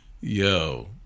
Yo